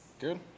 Good